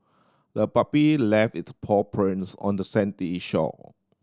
the puppy left its paw prints on the sandy shore